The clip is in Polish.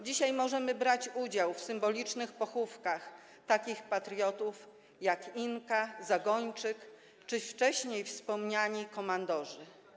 Dzisiaj możemy brać udział w symbolicznych pochówkach takich patriotów jak „Inka”, „Zagończyk” czy wcześniej wspomniani komandorzy.